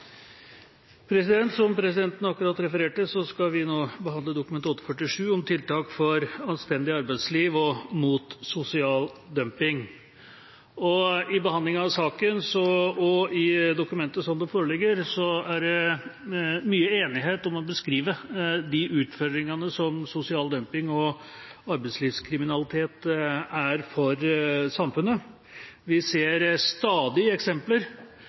Som presidenten akkurat refererte til, skal vi nå behandle Dokument 8:47, om tiltak for et anstendig arbeidsliv og mot sosial dumping. I behandlinga av saken og i dokumentet, sånn som det foreligger, er det mye enighet om å beskrive de utfordringene som sosial dumping og arbeidslivskriminalitet er for samfunnet. Vi ser stadig eksempler